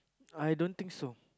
I don't think so